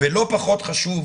ולא פחות חשוב,